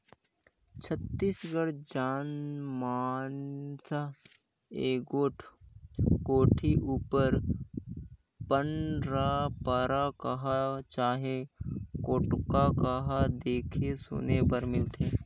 छत्तीसगढ़ी जनमानस मे एगोट कोठी उपर पंरपरा कह चहे टोटका कह देखे सुने बर मिलथे